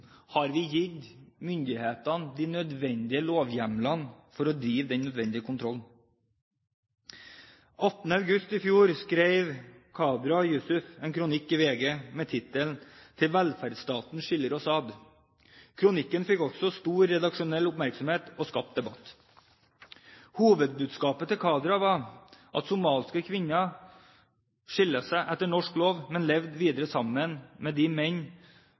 Har vi gitt myndighetene de nødvendige lovhjemlene for å drive den nødvendige kontrollen? 18. august i fjor skrev Kadra Yusuf en kronikk i VG med tittelen «Til velferdsstaten skiller oss ad». Kronikken fikk også stor redaksjonell oppmerksomhet og skapte debatt. Hovedbudskapet til Kadra var at somaliske kvinner skiller seg etter norsk lov, men levde videre sammen med de menn